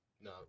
No